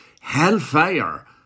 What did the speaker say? Hellfire